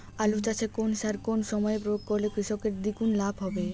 আলু চাষে কোন সার কোন সময়ে প্রয়োগ করলে কৃষকের দ্বিগুণ লাভ হবে?